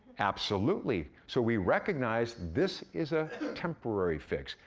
absolutely, so we recognize this is a temporary fix.